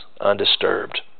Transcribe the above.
undisturbed